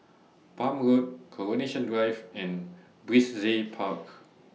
Palm Road Coronation Drive and Brizay Park